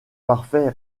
parfait